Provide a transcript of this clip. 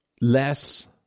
less